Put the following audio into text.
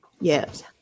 Yes